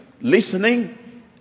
listening